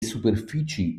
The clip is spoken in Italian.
superfici